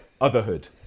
Otherhood